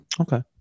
Okay